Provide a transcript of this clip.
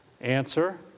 Answer